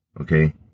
Okay